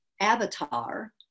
avatar